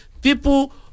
People